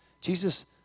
Jesus